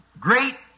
great